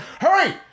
hurry